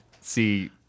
see